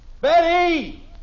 Betty